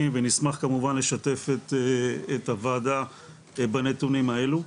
ונשמח כמובן לשתף את הוועדה בנתונים האלו.